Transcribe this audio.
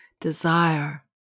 desire